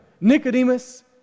Nicodemus